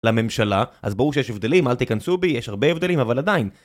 לממשלה, אז ברור שיש הבדלים, אל תיכנסו בי, יש הרבה הבדלים, אבל עדיין